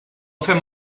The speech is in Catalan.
fem